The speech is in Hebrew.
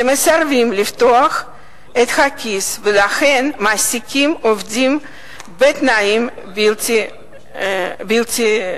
שמסרבים לפתוח את הכיס ולכן מעסיקים עובדים בתנאים בלתי נסבלים,